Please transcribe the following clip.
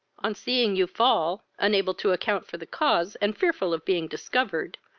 on seeing you fall, unable to account for the cause, and fearful of being discovered,